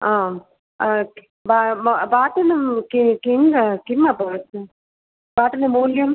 आम् ब मा भाटनं कि किं किमभवत् भाटन मूल्यं